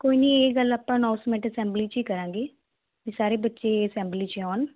ਕੋਈ ਨਹੀਂ ਇਹ ਗੱਲ ਆਪਾਂ ਅਨਾਊਂਸਮੈਂਟ ਅਸੈਂਬਲੀ 'ਚ ਹੀ ਕਰਾਂਗੀ ਕਿ ਸਾਰੇ ਬੱਚੇ ਅਸੈਂਬਲੀ 'ਚ ਆਉਣ